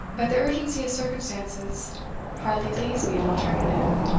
but the urgency of circumstances hardly leaves me an alternative.